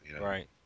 Right